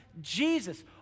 Jesus